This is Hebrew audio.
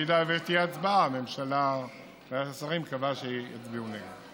אם תהיה הצבעה, ועדת השרים קבעה שיצביעו נגד.